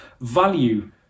value